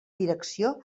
direcció